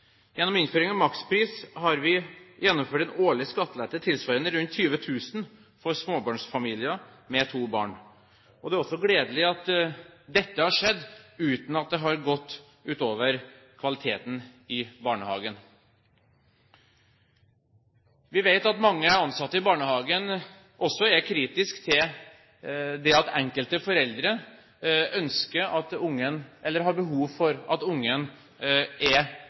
Gjennom innføring av makspris har vi gjennomført en årlig skattelette tilsvarende rundt 20 000 kr for småbarnsfamilier med to barn. Det er også gledelig at dette har skjedd uten at det har gått ut over kvaliteten i barnehagen. Vi vet at mange ansatte i barnehagen også er kritiske til at enkelte foreldre har behov for at barnet er lenge i barnehagen. Men dette vet vi også at